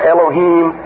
Elohim